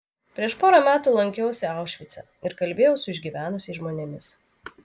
prieš porą metų lankiausi aušvice ir kalbėjau su išgyvenusiais žmonėmis